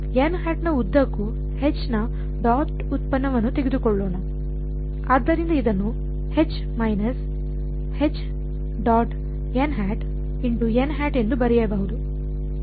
n̂ ನ ಉದ್ದಕ್ಕೂ ನ ಡಾಟ್ ಉತ್ಪನ್ನವನ್ನು ತೆಗೆದುಕೊಳ್ಳೋಣ ಆದ್ದರಿಂದ ಇದನ್ನು ಎಂದು ಬರೆಯಬಹುದು